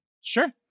Sure